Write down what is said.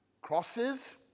crosses